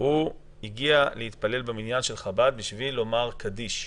הוא הגיע להתפלל במניין של חב"ד בשביל לומר קדיש.